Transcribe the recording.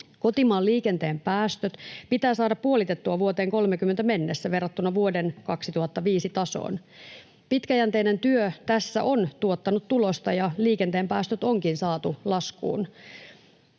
Kotimaan liikenteen päästöt pitää saada puolitettua vuoteen 30 mennessä verrattuna vuoden 2005 tasoon. Pitkäjänteinen työ tässä on tuottanut tulosta, ja liikenteen päästöt onkin saatu laskuun.